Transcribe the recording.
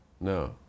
No